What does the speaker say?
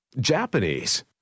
Japanese